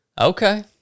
Okay